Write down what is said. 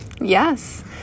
Yes